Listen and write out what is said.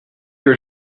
que